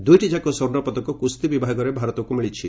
ଦୁଇଟିଯାକ ସ୍ୱର୍ଣ୍ଣ ପଦକ କୁସ୍ତି ବିଭାଗରେ ଭାରତକୁ ମିଳିଛି